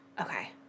Okay